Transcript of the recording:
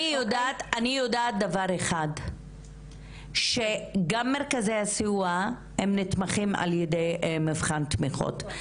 אני יודעת דבר אחד: גם מרכזי הסיוע נתמכים על ידי מבחן תמיכות.